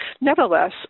nevertheless